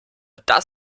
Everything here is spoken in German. das